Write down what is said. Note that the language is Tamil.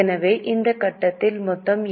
எனவே இந்த கட்டத்தில் மொத்த என்